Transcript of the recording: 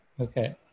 okay